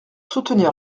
soutenir